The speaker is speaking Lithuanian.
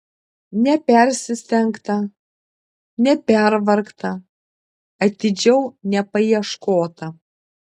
nepersistengta nepervargta atidžiau nepaieškota